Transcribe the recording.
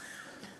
אותה.